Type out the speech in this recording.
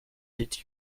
did